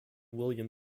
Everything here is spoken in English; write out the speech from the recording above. william